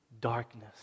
darkness